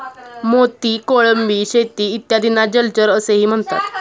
मोती, कोळंबी शेती इत्यादींना जलचर असेही म्हणतात